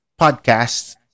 Podcasts